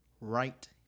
right